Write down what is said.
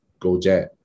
GoJet